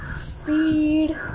speed